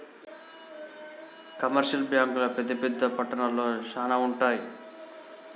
commercial బ్యాంకులు పెద్ద పెద్ద పట్టణాల్లో శానా ఉంటయ్